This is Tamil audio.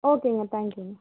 ஓகேங்க தேங்க் யூங்க